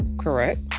Correct